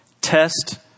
Test